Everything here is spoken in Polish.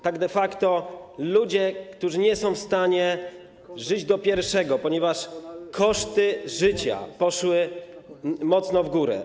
Tak de facto to ludzie, którzy nie są w stanie żyć do pierwszego, ponieważ koszty życia poszły mocno w górę.